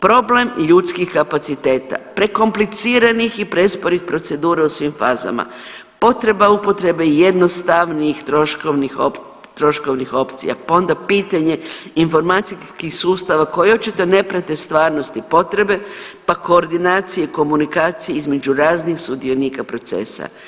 Problem ljudskih kapaciteta, prekompliciranih i presporih procedura u svim fazama, potreba upotrebe jednostavnijih troškovnih opcija, pa onda pitanje informacijskih sustava koji očito ne prate stvarnost i potrebe, pa koordinacije i komunikacije između raznih sudionika procesa.